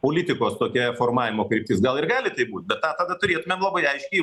politikos tokia formavimo kryptis gal ir gali taip būt bet ką tada turėtumėm labai aiškiai